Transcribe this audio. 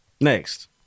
Next